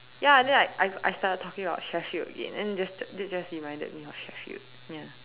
ya then like I I started talking about Sheffield again and the this just reminded me of Sheffield ya